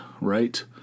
right